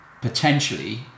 potentially